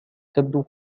تبدو